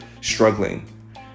struggling